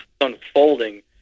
unfolding